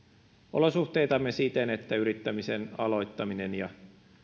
olosuhteitamme siten että yrittämisen aloittamisen ja